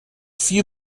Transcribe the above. few